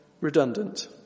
redundant